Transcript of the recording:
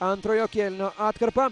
antrojo kėlinio atkarpą